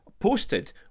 posted